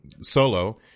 solo